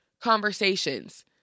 conversations